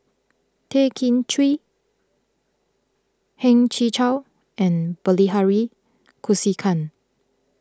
Tay Kay Chin Heng Chee Chow and Bilahari Kausikan